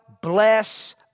bless